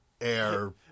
air